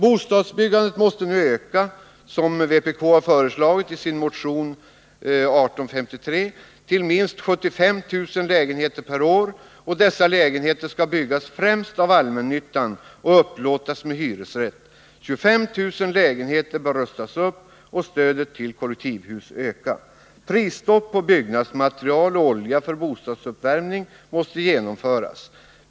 Bostadsbyggandet måste nu öka, som vpk har föreslagit i motion 1853, till minst 75 000 lägenheter per år, och dessa lägenheter skall byggas främst av allmännyttan och upplåtas med hyresrätt. 25 000 lägenheter bör rustas upp och stödet till kollektivhus öka. Prisstopp på byggnadsmaterial och olja för bostadsuppvärmning måste genomföras.